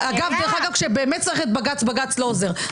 דרך אגב, כשבאמת צריך את בג"ץ, בג"ץ לא עוזר.